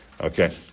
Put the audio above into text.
Okay